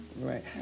Right